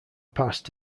passed